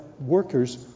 workers